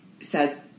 says